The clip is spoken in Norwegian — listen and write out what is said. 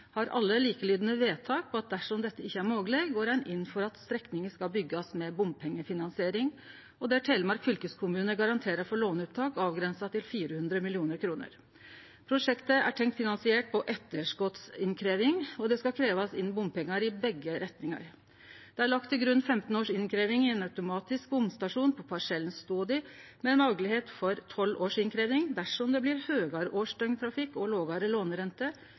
har alle likelydande vedtak om at dersom dette ikkje er mogeleg, går ein inn for at strekningane skal byggjast med bompengefinansiering, der Telemark fylkeskommune garanterer for låneopptak avgrensa til 400 mill. kr. Prosjektet er tenkt finansiert med etterskotsinnkrevjing, og det skal krevjast inn bompengar i begge retningar. Det er lagt til grunn 15 års innkrevjing i ein automatisk bomstasjon på parsellen Stodi, med mogelegheit for 12 års innkrevjing dersom det blir høgare årsdøgntrafikk og lågare lånerente,